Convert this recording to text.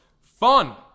fun